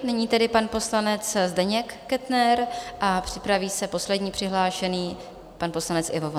Nyní tedy pan poslanec Zdeněk Kettner a připraví se poslední přihlášený, pan poslanec Ivo Vondrák.